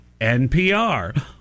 NPR